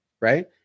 Right